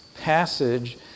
passage